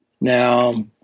Now